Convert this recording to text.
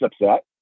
upset